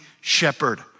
shepherd